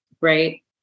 right